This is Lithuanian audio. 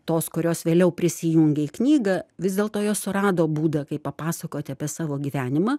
tos kurios vėliau prisijungė į knygą vis dėlto jos surado būdą kaip papasakot apie savo gyvenimą